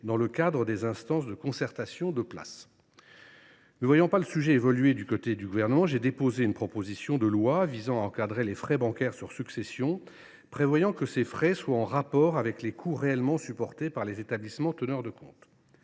dans le cadre des instances de concertation de place ». Ne voyant pas le sujet évoluer du côté du Gouvernement, j’ai déposé une proposition de loi visant à encadrer les frais bancaires sur succession et prévoyant que ces frais soient « en rapport avec les coûts réellement supportés » par les établissements teneurs de comptes.